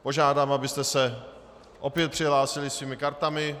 Požádám, abyste se opět přihlásili svými kartami.